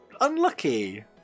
Unlucky